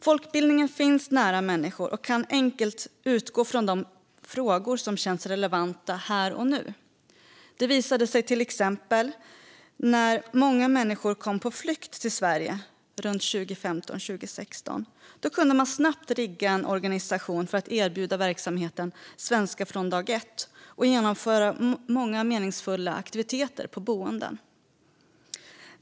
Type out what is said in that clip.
Folkbildningen finns nära människor och kan enkelt utgå från de frågor som känns relevanta här och nu. Det visade sig till exempel när många människor på flykt kom till Sverige runt 2015 och 2016. Då kunde man snabbt rigga en organisation för att erbjuda verksamheten Svenska från dag ett och genomföra många meningsfulla aktiviteter på boenden.